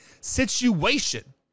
situation